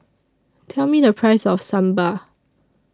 Tell Me The Price of Sambar